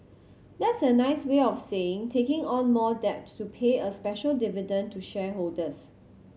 that's a nice way of saying taking on more debt to pay a special dividend to shareholders